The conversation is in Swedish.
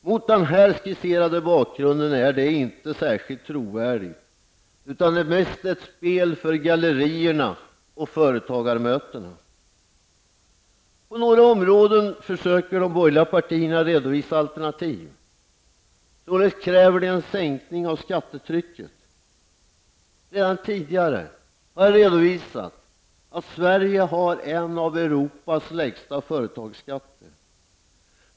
Mot den här skisserade bakgrunden är detta inte trovärdigt, utan det är mest ett spel för gallerierna och företagarmötena. På några områden söker de borgerliga partierna redovisa alternativ. Således kräver de en sänkning av skattetrycket. Redan tidigare har jag redovisat att Sverige har en av Europas lägsta företagsskatter.